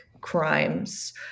crimes